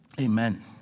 Amen